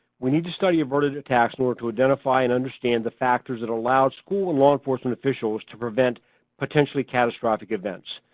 we need to study averted attacks in order to identify and understand the factors that allow school and law enforcement officials to prevent potentially catastrophic events.